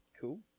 Cool